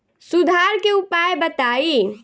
सुधार के उपाय बताई?